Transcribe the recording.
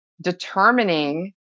determining